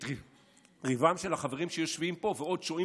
את ריבם של החברים שיושבים פה ועוד שועים